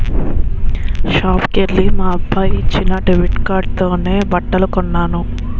షాపుకెల్లి మా అబ్బాయి ఇచ్చిన డెబిట్ కార్డుతోనే బట్టలు కొన్నాను